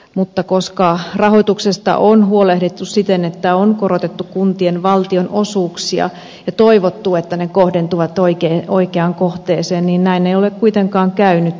mutta kun rahoituksesta on huolehdittu siten että on korotettu kuntien valtionosuuksia ja toivottu että ne kohdentuvat oikeaan kohteeseen niin näin ei ole kuitenkaan käynyt